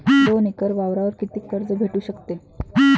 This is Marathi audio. दोन एकर वावरावर कितीक कर्ज भेटू शकते?